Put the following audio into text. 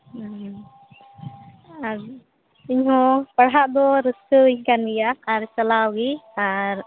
ᱚᱸᱻ ᱟᱨ ᱤᱧ ᱦᱚᱸ ᱯᱟᱲᱦᱟᱜ ᱫᱚ ᱨᱟᱹᱥᱠᱟᱹ ᱟᱹᱧ ᱠᱟᱱ ᱜᱮᱭᱟ ᱟᱨ ᱪᱟᱞᱟᱣ ᱜᱤ ᱟᱨ